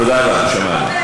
תודה רבה, שמענו.